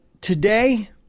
today